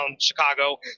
Chicago